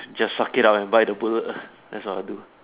just suck it up and bite the bullet lah that's what I do